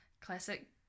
classic